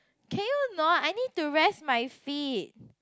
can you know I need to rest my feet